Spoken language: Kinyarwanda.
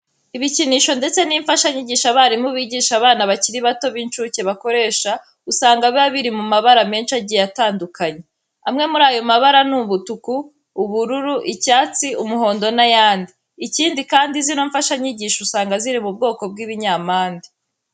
Ibikinisho ndetse n'imfashanyigisho abarimu bigisha abana bakiri bato b'incuke bakoresha usanga biba biri mu mabara menshi agiye atandukanye. Amwe muri ayo mabara ni umutuku, ubururu, icyatsi, umuhondo n'ayandi. Ikindi kandi, zino mfashanyigisho usanga ziri mu bwoko bw'ibinyampande.